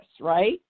right